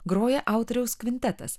groja autoriaus kvintetas